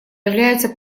являются